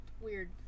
weird